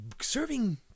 serving